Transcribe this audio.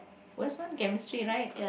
worst one chemistry right